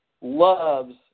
loves